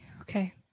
Okay